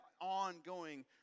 ongoing